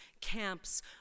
camps